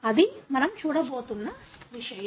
అది మనం చూడబోతున్న విషయం